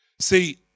See